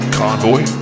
convoy